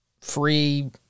free